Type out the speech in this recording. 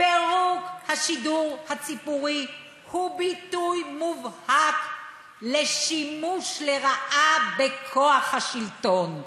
פירוק תאגיד השידור הציבורי הוא ביטוי מובהק לשימוש לרעה בכוח השלטון.